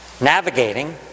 Navigating